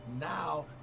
Now